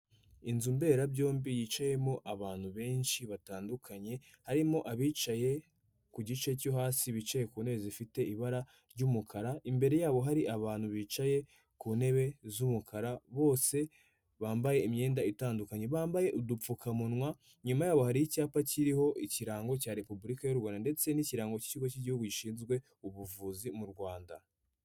Inzu mberarabyombi yicayemo abantu benshi batandukanye harimo abicaye ku gice cyo hasi bicaye ku ntebe zifite ibara ry'umukara, imbere yabo hari abantu bicaye ku ntebe z'umukara bose bambaye imyenda itandukanye bambaye udupfukamunwa, inyuma yabo hari icyapa kiriho ikirango cya repubulika yu Rwanda ndetse n'ikirango cy'ikigo cy'igihugu gishinzwe ubuvuzi mu Rwanda.